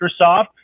Microsoft